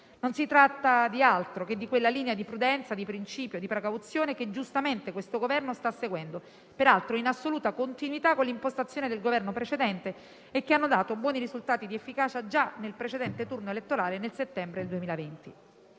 Non si tratta di altro se non di quella linea di prudenza, di principio e precauzione che giustamente questo Governo sta seguendo, peraltro in assoluta continuità con l'impostazione del Governo precedente, che ha dato buoni risultati di efficacia già nel precedente turno elettorale del settembre 2020.